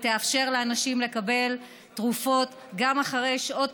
שתאפשר לאנשים לקבל תרופות גם אחרי שעות